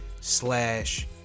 slash